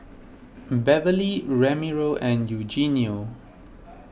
Beverly Ramiro and Eugenio